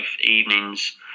evenings